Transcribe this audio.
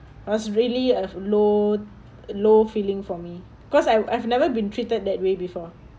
I was really of low low feeling for me cause I I've never been treated that way before